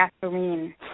gasoline